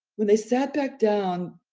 when they sat back down,